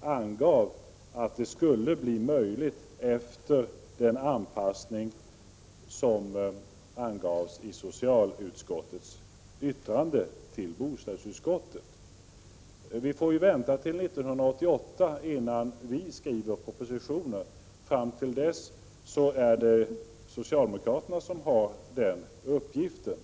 angavs att detta skulle bli möjligt efter den anpassning som skett i socialutskottets yttrande till bostadsutskottet. Det dröjer ju fram till 1988 innan vi skriver några propositioner. Dessförinnan är det socialdemokraterna som har den uppgiften.